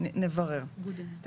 תמי, את רוצה לקרוא את זה?